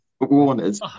warners